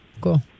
Cool